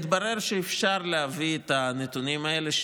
התברר שאפשר להביא את הנתונים האלה,